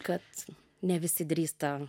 kad ne visi drįsta